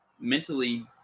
mentally